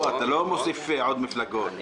אתה לא מוסיף עוד מפלגות.